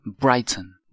Brighton